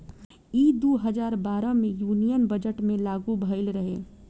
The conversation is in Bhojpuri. ई दू हजार बारह मे यूनियन बजट मे लागू भईल रहे